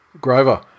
Grover